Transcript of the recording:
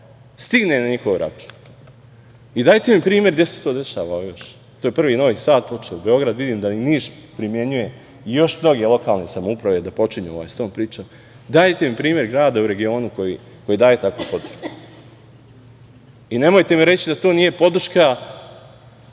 stigne na njihov račun. Dajte mi primer gde se to dešava još? To je prvi Novi Sad počeo, Beograd. Vidim da i Niš primenjuje i još mnoge lokalne samouprave da počinju sa tom pričom. Dajte mi primer grada u regionu koji daje takvu podršku. Nemojte mi reći da to nije podrška